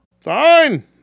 Fine